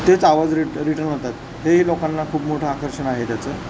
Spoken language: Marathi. तेच आवाज रिट रिटर्न होतात हेही लोकांना खूप मोठं आकर्षण आहे त्याचं